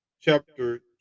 chapter